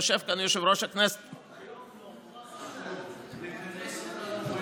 יושב כאן יושב-ראש הכנסת היום נורא חשוב לכנס אותנו,